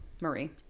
Marie